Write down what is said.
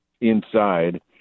inside